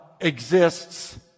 exists